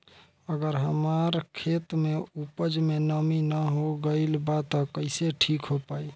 अगर हमार खेत में उपज में नमी न हो गइल बा त कइसे ठीक हो पाई?